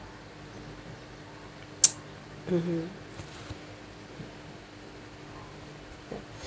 mmhmm ya